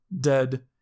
dead